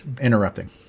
interrupting